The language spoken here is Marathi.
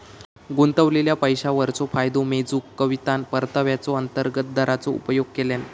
गुंतवलेल्या पैशावरचो फायदो मेजूक कवितान परताव्याचा अंतर्गत दराचो उपयोग केल्यान